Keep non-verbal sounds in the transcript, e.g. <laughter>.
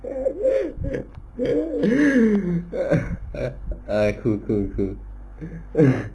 <laughs> ah ya cool cool cool